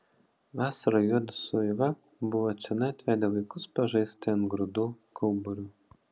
vasarą juodu su eiva buvo čionai atvedę vaikus pažaisti ant grūdų kauburių